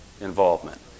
involvement